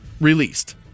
released